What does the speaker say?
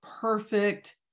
perfect